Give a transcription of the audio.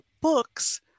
books